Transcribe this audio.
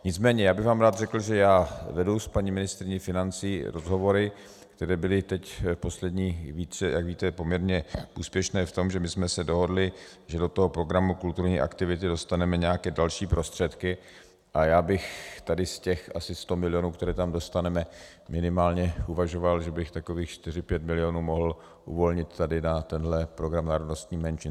Nicméně já bych vám rád řekl, že vedu s paní ministryní financí rozhovory, které byly teď poslední, jak víte, poměrně úspěšné v tom, že jsme se dohodli, že do toho programu kulturní aktivity dostaneme nějaké další prostředky, a já bych tady z těch asi 100 milionů, které tam dostaneme, minimálně uvažoval, že bych takových 45 milionů mohl uvolnit na tento program národnostních menšin.